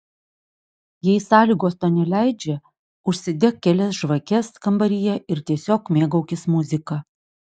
jei sąlygos to neleidžia užsidek kelias žvakes kambaryje ir tiesiog mėgaukis muzika